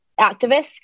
activists